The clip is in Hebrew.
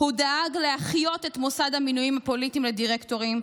הוא דאג להחיות את מוסד המינויים הפוליטיים לדירקטורים,